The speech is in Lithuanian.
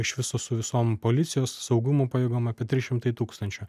iš viso su visom policijos saugumo pajėgom apie trys šimtai tūkstančių